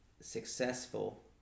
successful